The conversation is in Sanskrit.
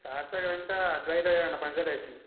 शास्त्रग्रन्थः अद्वैतवेदान्त पञ्चदशी